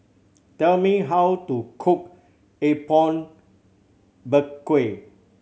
tell me how to cook Apom Berkuah